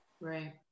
right